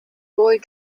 boy